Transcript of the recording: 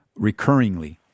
recurringly